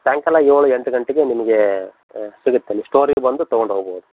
ಸಾಯಂಕಾಲ ಏಳು ಎಂಟು ಗಂಟೆಗೆ ನಿಮ್ಗೆ ಸಿಗತ್ತೆ ಅಲ್ಲಿ ಸ್ಟೋರಿಗೆ ಬಂದು ತೊಗೊಂಡು ಹೋಗ್ಬೋದ್